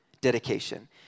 dedication